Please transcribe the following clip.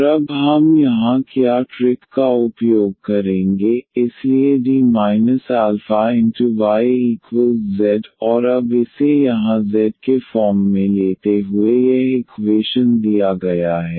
और अब हम यहाँ क्या ट्रिक का उपयोग करेंगे इसलिए D αyz D αyz और अब इसे यहाँ z के फॉर्म में लेते हुए यह इक्वेशन दिया गया है